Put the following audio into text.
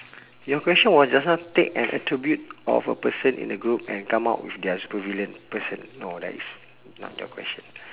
your question was just now take an attribute of a person in the group and come up with their supervillain person no right it's not your question